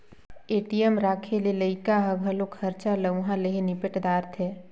ATM राखे ले लइका ह घलो खरचा ल उंहा ले ही निपेट दारथें